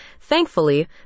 Thankfully